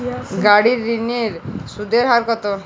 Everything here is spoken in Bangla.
গাড়ির ঋণের সুদের হার কতো?